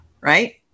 Right